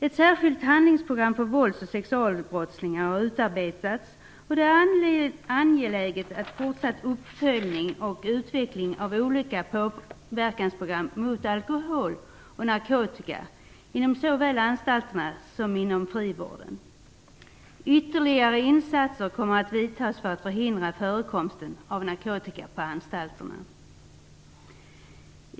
Ett särskilt handlingsprogram för vålds och sexualbrottslingar har utarbetats, och det är angeläget med en fortsatt uppföljning och utveckling av olika påverkansprogram mot alkohol och narkotika inom såväl anstalterna som frivården. Ytterligare insatser kommer att vidtas för att förhindra förekomsten av narkotika på anstalterna.